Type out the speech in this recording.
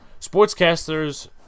Sportscasters